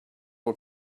who